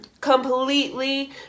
completely